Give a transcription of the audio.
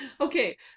okay